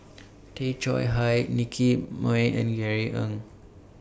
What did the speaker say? Tay Chong Hai Nicky Moey and Jerry Ng